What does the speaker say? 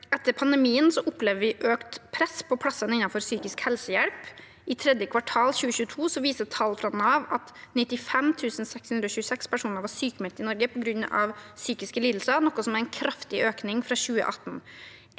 Etter pandemien opplever vi økt press på plassene innenfor psykisk helsehjelp. Tall fra Nav viste at i tredje kvartal 2022 var 95 626 personer sykmeldt i Norge på grunn av psykiske lidelser, noe som er en kraftig økning fra 2018.